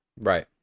right